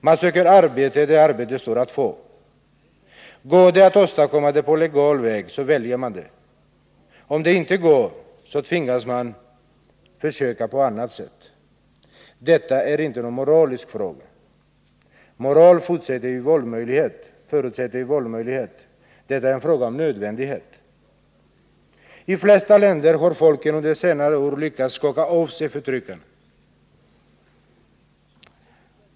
Man söker arbete där arbete står att få. Går det att åstadkomma på legal väg, så väljer man det. Om det inte går, så tvingas man försöka på annat sätt. Detta är inte någon moralisk fråga. Moral förutsätter en valmöjlighet. Detta är en fråga om nödvändighet. I flera länder har folken under senare år lyckats skaka av sig förtrycket.